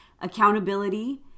accountability